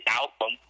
album